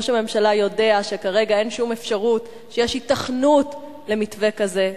ראש הממשלה יודע שכרגע אין שום אפשרות שיש היתכנות למתווה כזה.